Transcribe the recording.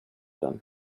den